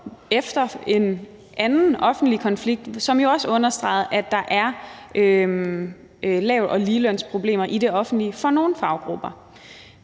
efter en anden offentlig konflikt, og som jo også understregede, at der er lavt- og ligelønsproblemer i det offentlige for nogle faggrupper,